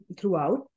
throughout